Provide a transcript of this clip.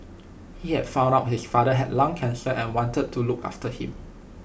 he had found out his father had lung cancer and wanted to look after him